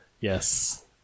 Yes